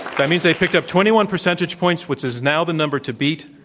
that means they picked up twenty one percentage points, which is now the number to beat.